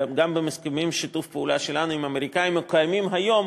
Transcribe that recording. גם בהסכמי שיתוף הפעולה שלנו עם האמריקנים הקיימים היום,